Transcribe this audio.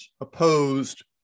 opposed